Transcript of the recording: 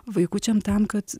vaikučiam tam kad